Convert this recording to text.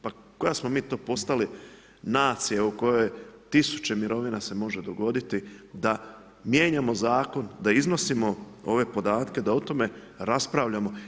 Pa koja smo mi to postali nacija u kojoj tisuće mirovina se može dogoditi da mijenjamo Zakon da iznosimo ove podatke, da o tome raspravljamo.